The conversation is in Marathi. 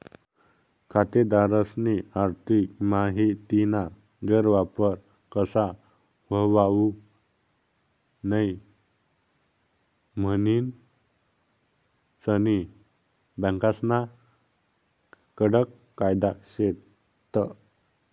खातेदारस्नी आर्थिक माहितीना गैरवापर कशा व्हवावू नै म्हनीन सनी बँकास्ना कडक कायदा शेत